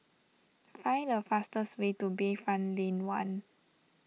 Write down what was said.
find the fastest way to Bayfront Lane one